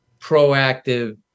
proactive